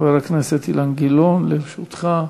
חבר הכנסת אילן גילאון, לרשותך.